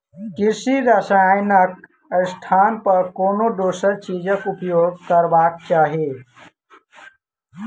कृषि रसायनक स्थान पर कोनो दोसर चीजक उपयोग करबाक चाही